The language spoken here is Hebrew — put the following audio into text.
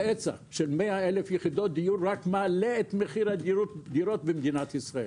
של 100 אלף יחידות דיור רק מעלה את מחיר הדירות במדינת ישראל,